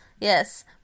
Yes